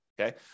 Okay